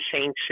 Saints